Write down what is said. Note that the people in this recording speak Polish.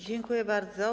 Dziękuję bardzo.